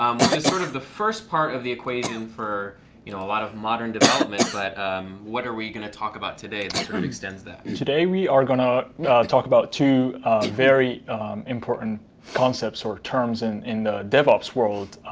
um which is sort of the first part of the equation for you know a lot of modern development. but what are we going to talk about today that sort of extends that? kareem zidane today we are going to talk about two very important concepts or terms and in the dev ops world,